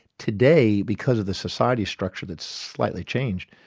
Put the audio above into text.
today, because of the society structure that's slightly changed,